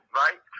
right